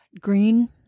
green